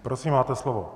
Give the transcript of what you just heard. Prosím, máte slovo.